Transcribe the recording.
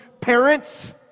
parents